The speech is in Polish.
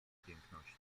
piękności